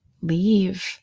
leave